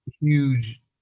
huge